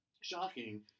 shocking